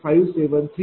485738 p